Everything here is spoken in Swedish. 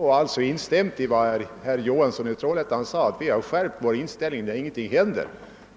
Jag instämde alltså i vad herr Johansson i Trollhättan sade, att vi har skärpt vår inställning därför att ingenting händer.